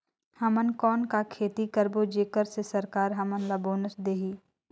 हमन कौन का खेती करबो जेकर से सरकार हमन ला बोनस देही?